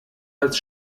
als